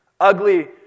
Ugly